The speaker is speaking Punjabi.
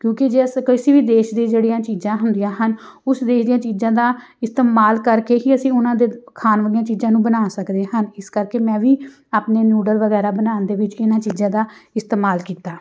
ਕਿਉਂਕਿ ਜੇ ਅਸੀਂ ਕਿਸੇ ਵੀ ਦੇਸ਼ ਦੀ ਜਿਹੜੀਆਂ ਚੀਜ਼ਾਂ ਹੁੰਦੀਆਂ ਹਨ ਉਸ ਦੇਸ਼ ਦੀਆਂ ਚੀਜ਼ਾਂ ਦਾ ਇਸਤੇਮਾਲ ਕਰਕੇ ਹੀ ਅਸੀਂ ਉਹਨਾਂ ਦੇ ਖਾਣ ਵਾਲੀਆਂ ਚੀਜ਼ਾਂ ਨੂੰ ਬਣਾ ਸਕਦੇ ਹਨ ਇਸ ਕਰਕੇ ਮੈਂ ਵੀ ਆਪਣੇ ਨੂਡਲ ਵਗੈਰਾ ਬਣਾਉਣ ਦੇ ਵਿੱਚ ਇਹਨਾਂ ਚੀਜ਼ਾਂ ਦਾ ਇਸਤੇਮਾਲ ਕੀਤਾ